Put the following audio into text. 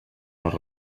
les